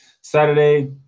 Saturday